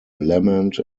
lament